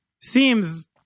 seems